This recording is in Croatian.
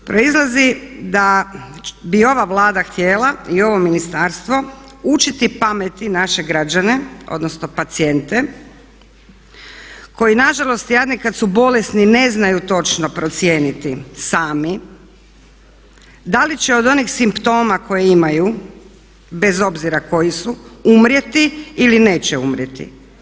Proizlazi da bi ova Vlada htjela i ovo ministarstvo učiti pameti naše građane, odnosno pacijente koji nažalost jadni kada su bolesni ne znaju točno procijeniti sami da li će od onih simptoma koje imaju, bez obzira koji su umrijeti ili neće umrijeti.